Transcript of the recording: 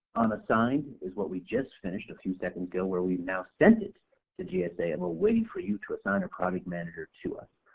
unassigned is what we just finished a seconds ago where we now sent it to gsa and we're waiting for you to assign a project manager to us.